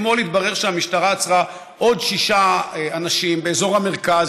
אתמול התברר שהמשטרה עצרה עוד שישה אנשים באזור המרכז,